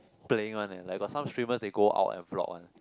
playing one leh like got some treatment they go out and block one